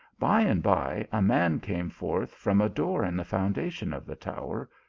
by and by a man came forth from a door in the founda tion of the tower,